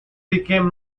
became